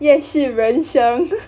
夜市人生